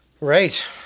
Right